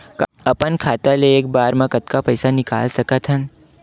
अपन खाता ले एक बार मा कतका पईसा निकाल सकत हन?